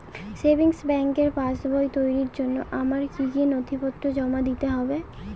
Savings ব্যাংকের পাসবই তৈরির জন্য আমার কি কি নথিপত্র জমা দিতে হবে?